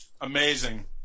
amazing